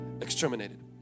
exterminated